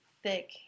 Thick